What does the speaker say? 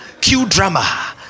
Q-drama